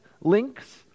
links